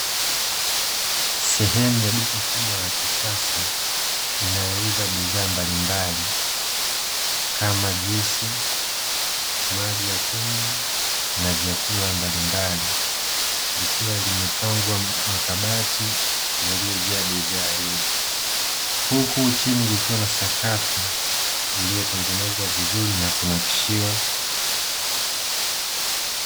Sehemu ya duka kubwa la kisasa inayouza bidhaa mbalimbali kama; juisi, maji ya kunywa na vyakula mbalimbali ikiwa limepangwa makabati yaliyojaa bidhaa hizo, huku chini kukiwa na sakafu iliyotengenezwa vizuri na kunakshiwa.